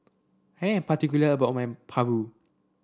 I am particular about my Paru